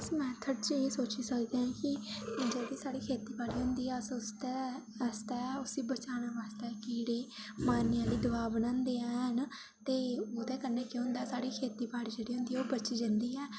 अस मैथड़ च एह् सोची सकदे आं कि जेह्की साढ़ी खेती बाड़ी होंदी ऐ अस उसदे आस्तै उसी बचाने आस्तै कीड़े मारने आह्ली दवा बनांदे हैन ते ओह्दे कन्नै केह् होंदा साढ़ी खेती बाड़ी जेह्ड़ी होंदी ऐ ओह् बची जंदी ऐ